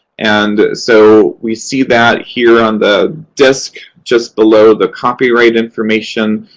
and so we see that here on the disc just below the copyright information.